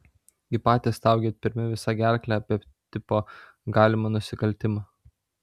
gi patys staugėt pirmi visa gerkle apie tipo galimą nusikaltimą